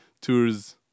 tours